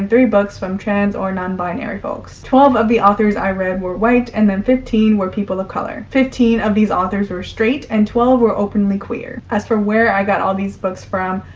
three books from trans or non-binary folx. twelve of the authors i read were white and then fifteen were people of color. fifteen of these authors were straight and twelve were openly queer. as for where i got all these books from,